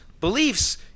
beliefs